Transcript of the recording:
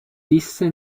disse